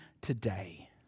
today